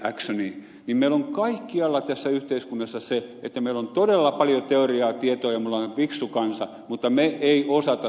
meillä on kaikkialla tässä yhteiskunnassa se että meillä on todella paljon teoriaa tietoa ja me olemme fiksu kansa mutta me emme osaa saattaa sitä käytäntöön